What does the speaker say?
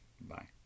Bye